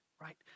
Right